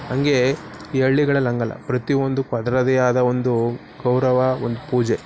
ಹಂಗೆ ಈ ಹಳ್ಳಿಗಳಲ್ಲಿ ಹಂಗಲ್ಲ ಪ್ರತಿಯೊಂದಕ್ಕೂ ಅದರದ್ದೇ ಆದ ಒಂದು ಗೌರವ ಒಂದು ಪೂಜೆ